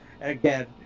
again